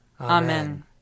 Amen